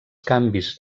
canvis